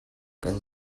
kan